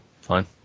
fine